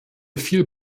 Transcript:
viel